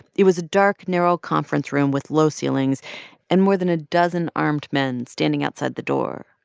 it was a dark, narrow conference room with low ceilings and more than a dozen armed men standing outside the door.